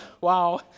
wow